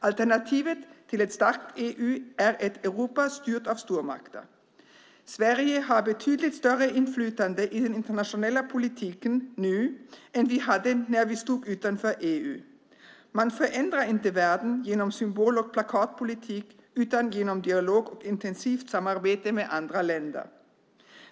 Alternativet till ett starkt EU är ett Europa styrt av stormakter. Sverige har betydligt större inflytande i den internationella politiken nu än vi hade när vi stod utanför EU. Man förändrar inte världen genom symbol och plakatpolitik utan genom dialog och intensivt samarbete med andra länder.